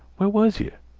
where was yeh?